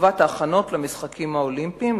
לטובת ההכנות למשחקים האולימפיים,